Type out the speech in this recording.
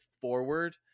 forward